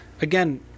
again